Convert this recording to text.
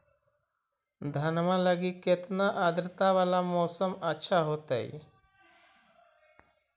धनमा लगी केतना आद्रता वाला मौसम अच्छा होतई?